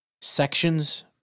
sections